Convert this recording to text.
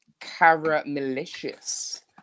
caramelicious